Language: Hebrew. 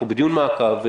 אנחנו בדיון מעקב,